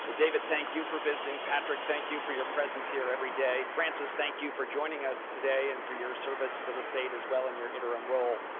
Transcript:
david, thank you for visiting. patrick, thank you for your presence here every day. francis, thank you for joining us today and for your service to the state as well in your interim role.